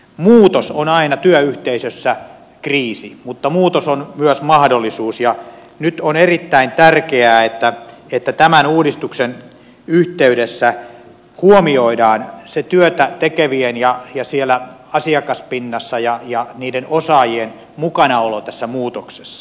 muutos on aina työyhteisössä kriisi mutta muutos on myös mahdollisuus ja nyt on erittäin tärkeää että tämän uudistuksen yhteydessä huomioidaan siellä asiakaspinnassa se työtä tekevien ja niiden osaajien mukanaolo tässä muutoksessa